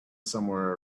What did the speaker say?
somewhere